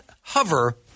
hover